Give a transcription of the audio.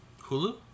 Hulu